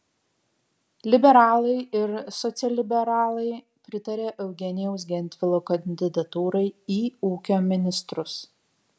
liberalai ir socialliberalai pritaria eugenijaus gentvilo kandidatūrai į ūkio ministrus